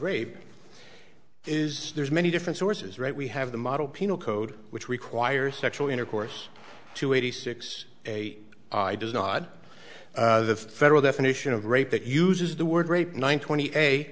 rape is there's many different sources right we have the model penal code which requires sexual intercourse to eighty six a i does not the federal definition of rape that uses the word rape nine twenty eight